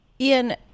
Ian